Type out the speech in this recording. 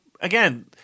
again